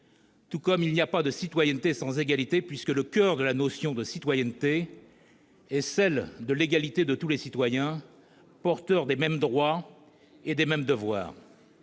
tout comme il n'y a pas de citoyenneté sans égalité, puisqu'au coeur de la notion de citoyenneté se trouve celle d'égalité de tous les citoyens, porteurs des mêmes droits et des mêmes devoirs.